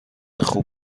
خوب